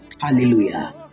hallelujah